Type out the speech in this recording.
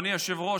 אדוני היושב-ראש,